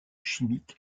chimique